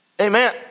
Amen